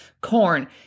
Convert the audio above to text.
corn